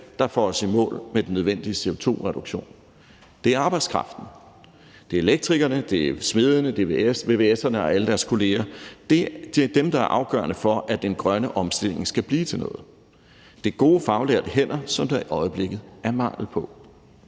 der får os i mål med den nødvendige CO2-reduktion; det er arbejdskraften. Det er elektrikerne, det er smedene, det er vvs'erne og alle deres kolleger. Det er dem, der er afgørende for, at den grønne omstilling skal blive til noget. Det er gode faglærte hænder, som der i øjeblikket er mangel på.